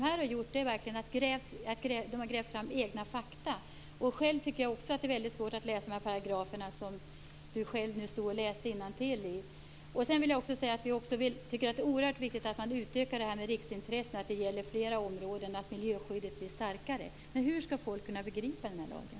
Här har de verkligen grävt fram egna fakta. Jag tycker själv att det är svårt att förstå de paragrafer som Laila Bäck läste innantill ur. Jag vill också säga att vi tycker att det är oerhört viktigt att utöka detta med riksintressen, att det gäller flera områden och att miljöskyddet blir starkare. Hur skall folk kunna begripa lagen?